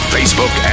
Facebook